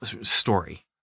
story